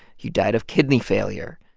you died of kidney failure.